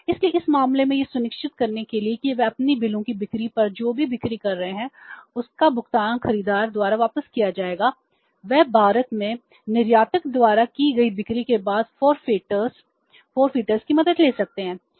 इसलिए इस मामले में यह सुनिश्चित करने के लिए कि वे अपने बिलों की बिक्री पर जो भी बिक्री कर रहे हैं उसका भुगतान खरीदार द्वारा वापस किया जाएगा वे भारत में निर्यातक द्वारा की गई बिक्री के बाद forfaiters forfaiters की मदद ले सकते हैं